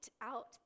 out